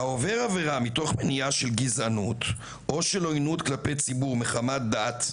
העובר עבירה מתוך פניה של גזענות או של אלימות כלפי ציבור מחמת דעת,